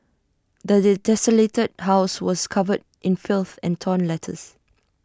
does the desolated house was covered in filth and torn letters